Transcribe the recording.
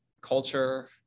culture